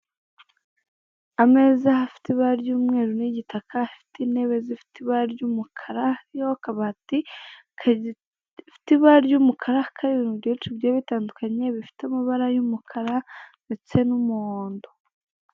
Ameza afite ibara ry'umweru n'igitaka, afite intebe zifite ibara ry'umukara iriho akabati gafite ibara ry'umukara kariho ibintu byinshi bigiye bitandukanye bifite amabara y'umukara ndetse n'umuhondo.